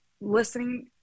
listening